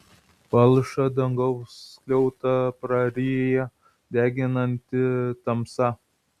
palšą dangaus skliautą praryja deginanti tamsa